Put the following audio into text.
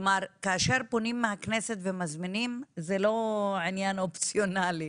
כלומר כאשר פונים מהכנסת ומזמינים זה לא עניין אופציונלי,